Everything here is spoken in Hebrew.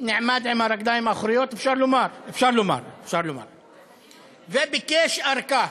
נעמד על הרגליים האחוריות, אפשר לומר, וביקש ארכה.